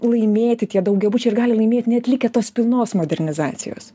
laimėti tie daugiabučiai ir gali laimėt neatlikę tos pilnos modernizacijos